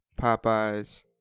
Popeyes